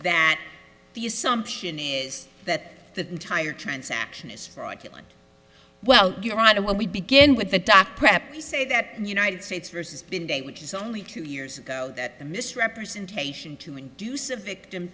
that the assumption is that the entire transaction is fraudulent well you're right when we begin with the dock preppie say that united states versus bin day which is only two years ago that the misrepresentation to induce a victim